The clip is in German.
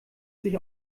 sich